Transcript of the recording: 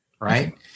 right